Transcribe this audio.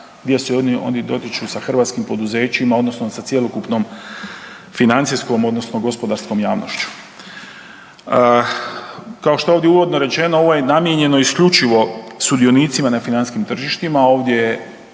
gdje se oni dotiču sa hrvatskim poduzećima odnosno sa cjelokupnom financijskom odnosno gospodarskom javnošću? Kao što je ovdje uvodno rečeno ovo je namijenjeno isključivo sudionicima na financijskim tržištima,